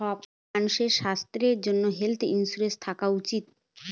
সব মানুষের স্বাস্থ্যর জন্য হেলথ ইন্সুরেন্স থাকা উচিত